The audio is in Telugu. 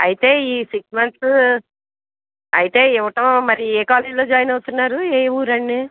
అయితే ఈ సిక్స్ మంత్స్ అయితే ఇవ్వటం మరి ఏ కాలేజీలో జాయిన్ అవుతున్నారు ఏ ఊరు అండి